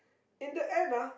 in the end ah